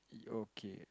okay